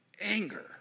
anger